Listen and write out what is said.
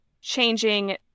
changing